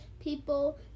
people